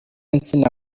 insina